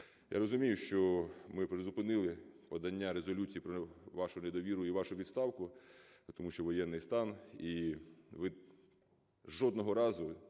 Я розумію, що ми призупинили подання резолюції про вашу недовіру і вашу відставку, тому що воєнний стан, і ви жодного разу